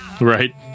right